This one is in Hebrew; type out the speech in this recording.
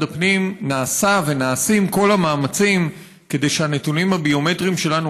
הפנים נעשים כל המאמצים כדי שהנתונים הביומטריים שלנו